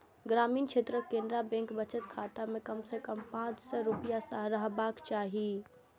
ग्रामीण क्षेत्रक केनरा बैंक बचत खाता मे कम सं कम पांच सय रुपैया रहबाक चाही